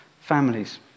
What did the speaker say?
families